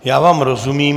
Já vám rozumím.